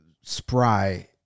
spry